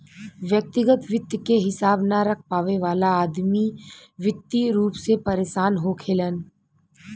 व्यग्तिगत वित्त के हिसाब न रख पावे वाला अदमी वित्तीय रूप से परेसान होखेलेन